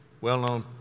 well-known